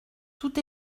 tout